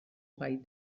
gai